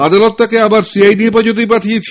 আদালত তাকে আবার সিআইডি হেফাজতেই পাঠিয়েছে